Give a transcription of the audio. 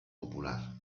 popular